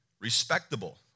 Respectable